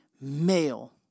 male